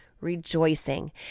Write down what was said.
Rejoicing